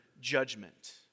judgment